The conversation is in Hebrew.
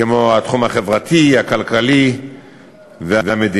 כמו התחום החברתי, הכלכלי והמדיני.